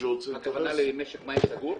הכוונה למשק מים סגור?